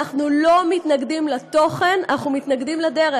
אנחנו לא מתנגדים לתוכן, אנחנו מתנגדים לדרך.